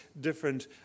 different